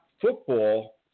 football